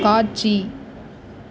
காட்சி